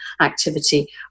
activity